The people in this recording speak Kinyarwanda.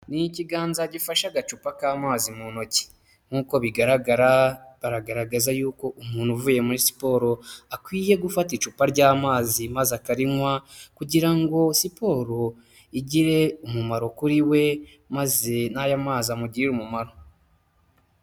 Ni ikiganza gifashe agacupa k'amazi mu ntoki nk'uko bigaragara, baragaragaza y'uko umuntu uvuye muri siporo, akwiye gufata icupa ry'amazi maze akarinywa, kugira ngo siporo igire umumaro kuri we, maze n'ayo mazi amugirire umumaro.